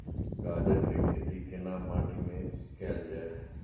गाजर के खेती केना माटी में कैल जाए?